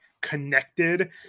connected